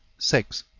six.